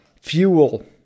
fuel